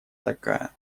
такая